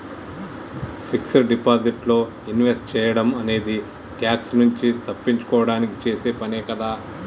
fixed deposit లో invest సేయడం అనేది ట్యాక్స్ నుంచి తప్పించుకోడానికి చేసే పనే కదా